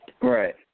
Right